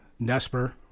Nesper